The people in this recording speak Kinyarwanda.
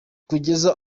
kugeza